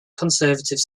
conservative